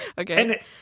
Okay